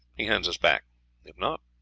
he hands us back if not,